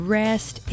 rest